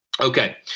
Okay